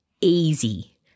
easy